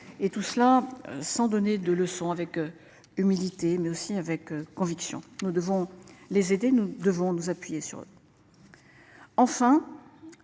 et tout cela sans donner de leçon avec. Humilité mais aussi avec conviction, nous devons les aider. Nous devons nous appuyer sur. Enfin.